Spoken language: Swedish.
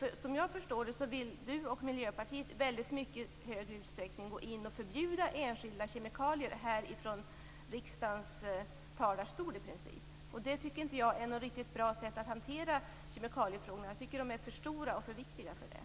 Såvitt jag förstår vill Kia Andreasson och Miljöpartiet i väldigt stor utsträckning förbjuda enskilda kemikalier från riksdagens talarstol, i princip. Det tycker inte jag är ett riktigt bra sätt att hantera kemikaliefrågorna. Jag tycker att de är för stora och för viktiga för det.